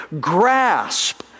grasp